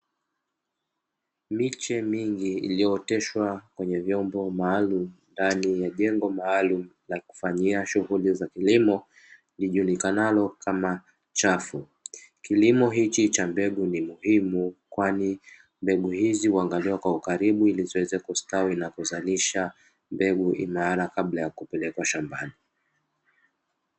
Miche mingi iliyooteshwa kwenye vyombo maalumu ndani ya jengo maalumu la kufanyia shughuli za kilimo lijulikanalo kama chafu. Kilimo hiki cha mbegu ni muhimu kwani mbegu hizi huangaliwa kwa ukaribu ili ziweze kustawi na kuzalisha mbegu imara kabla ya kupelekwa shambani.